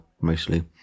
mostly